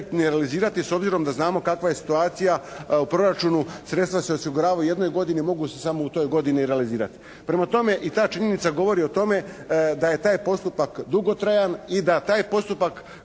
ni realizirati s obzirom da znamo kakva je situacija u proračunu. Sredstva se osiguravaju u jednoj godini, mogu se samo u toj godini realizirati. Prema tome, i ta činjenica govori o tome da je taj postupak dugotrajan i da taj postupak